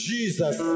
Jesus